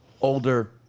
older